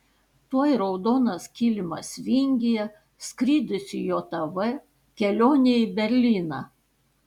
tuoj raudonas kilimas vingyje skrydis į jav kelionė į berlyną